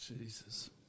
Jesus